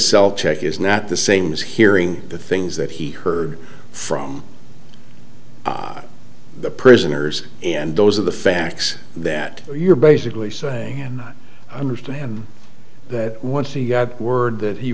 cell check is not the same as hearing the things that he heard from the prisoners and those are the facts that you're basically saying and not understand that once he got word that he